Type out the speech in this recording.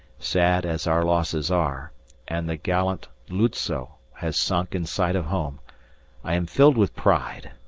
sad as our losses are and the gallant lutzow has sunk in sight of home i am filled with pride.